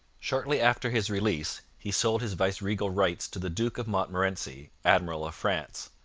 shortly after his release he sold his viceregal rights to the duke of montmorency, admiral of france.